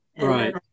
Right